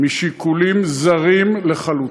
משיקולים זרים לחלוטין.